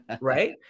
right